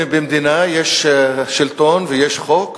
במדינה יש שלטון וחוק,